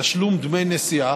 מתשלום דמי נסיעה,